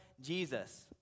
Jesus